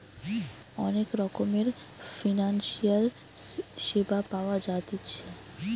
অনেক রকমের ফিনান্সিয়াল সেবা পাওয়া জাতিছে